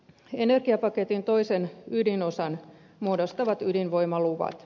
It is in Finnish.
energiapaketin toisen ydinosan muodostavat ydinvoimaluvat